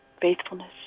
faithfulness